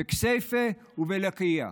בכסייפה ובלקיה,